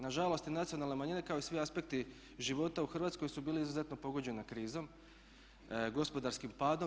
Nažalost, nacionalne manjine kao i svi aspekti života u Hrvatskoj su bili izuzetno pogođeni krizom, gospodarskim padom.